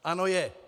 Ano, je.